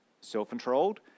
self-controlled